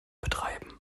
betreiben